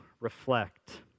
reflect